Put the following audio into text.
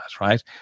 right